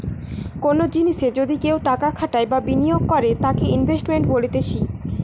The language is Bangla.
কোনো জিনিসে যদি কেও টাকা খাটাই বা বিনিয়োগ করে তাকে ইনভেস্টমেন্ট বলতিছে